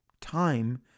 time